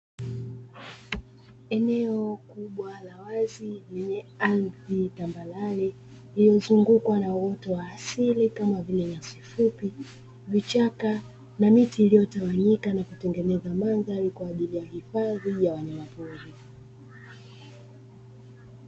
Eneo kubwa la wazi lenye ardhi tambarale lililo zungukwa na uoto wa asili kama vile nyasi fupi, vichaka na miti iliyotawanyika na kutengeneza mandhari kwa ajili ya hifadhi ya wanyamapori.